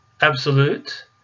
absolute